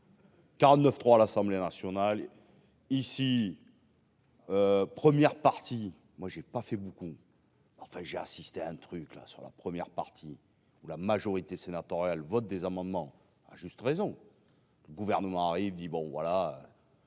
49 3 à l'Assemblée nationale ici. Première partie : moi j'ai pas fait beaucoup, enfin, j'ai assisté à un truc là sur la première partie où la majorité sénatoriale vote des amendements à juste raison gouvernement arrive dit bon voilà.